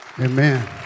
Amen